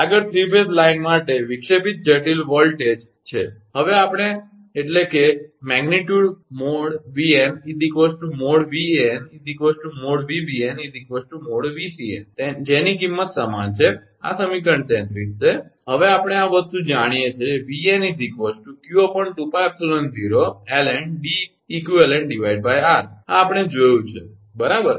આગળ 3 phase transmission line માટે વિક્ષેપિત જટિલ વોલ્ટેજ છે હવે આપણે કહીએ કે પરિમાણકિંમત |𝑉𝑛| |𝑉𝑎𝑛| |𝑉𝑏𝑛| |𝑉𝑐𝑛| જેની કિંમત સમાન છે આ સમીકરણ 33 છે હવે આપણે આ વસ્તુ જાણીએ છીએ 𝑉𝑛 𝑞2𝜋𝜖𝑜ln𝐷𝑒𝑞𝑟 આ આપણે જોયું છે બરાબર